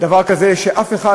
כשאף אחד,